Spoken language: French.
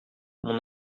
mon